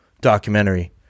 documentary